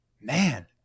man